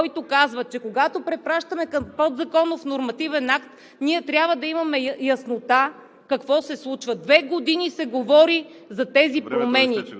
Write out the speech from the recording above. който казва, че когато препращаме към подзаконов нормативен акт, ние трябва да имаме яснота какво се случва. Две години се говори за тези промени.